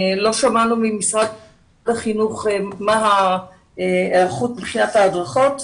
לא שמענו ממשרד החינוך מה ההיערכות מבחינת ההדרכות,